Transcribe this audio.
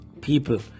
People